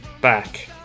back